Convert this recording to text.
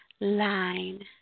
Line